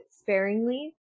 sparingly